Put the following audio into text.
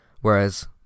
whereas